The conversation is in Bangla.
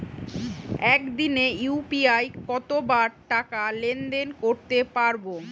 একদিনে ইউ.পি.আই কতবার টাকা লেনদেন করতে পারব?